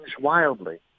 wildly